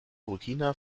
burkina